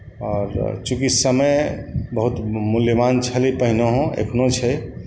आओर चूँकि समय बहुत मुल्यवान छलै पहिनेहो एखनहु छै